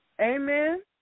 Amen